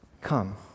come